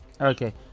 Okay